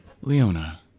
Leona